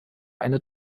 eine